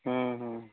ହଁ ହଁ